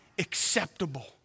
acceptable